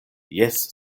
jes